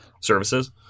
services